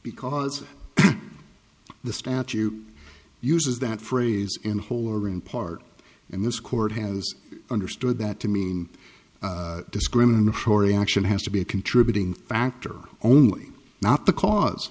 because the statute uses that phrase in whole or in part and this court has understood that to mean discriminatory action has to be a contributing factor only not the cause